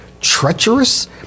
treacherous